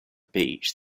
beach